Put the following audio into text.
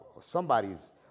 Somebody's